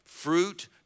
Fruit